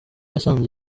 yasanze